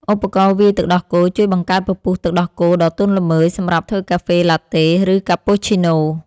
ឧបករណ៍វាយទឹកដោះគោ ជួយបង្កើតពពុះទឹកដោះគោដ៏ទន់ល្មើយសម្រាប់ធ្វើកាហ្វេឡាតេ ឬកាពូឈីណូ។